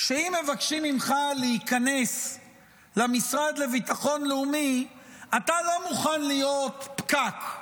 שאם מבקשים ממך להיכנס למשרד לביטחון לאומי אתה לא יכול להיות פקק,